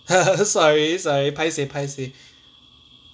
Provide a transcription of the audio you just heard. sorry sorry paiseh paiseh